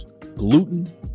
gluten